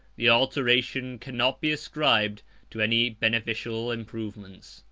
the alteration cannot be ascribed to any beneficial improvements,